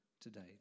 today